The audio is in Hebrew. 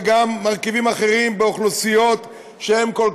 וגם מרכיבים אחרים באוכלוסיות שהן כל